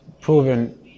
proven